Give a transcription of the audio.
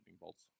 bolts